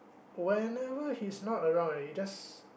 whenever he's not around you just